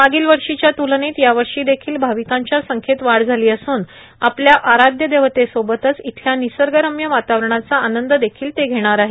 मागील वर्षीच्या त्लनेत यावर्षी देखील भाविकांच्या संख्येत वाढ झाली असून आपल्या आराध्य देवतेसोबतच इथल्या निसर्गरम्य वातावरणाचा आनंद देखील घेणार आहेत